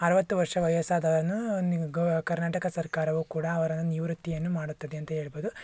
ಅರುವತ್ತು ವರ್ಷ ವಯಸ್ಸಾದವರನ್ನು ನಿವ್ ಗೋ ಕರ್ನಾಟಕ ಸರ್ಕಾರವೂ ಕೂಡ ಅವರನ್ನು ನಿವೃತ್ತಿಯನ್ನು ಮಾಡುತ್ತದೆ ಅಂತ ಹೇಳ್ಬೊದು